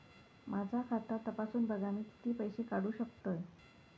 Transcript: माझा खाता तपासून बघा मी किती पैशे काढू शकतय?